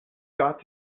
got